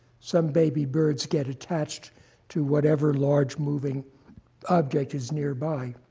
some baby birds get attached to whatever large moving object is nearby.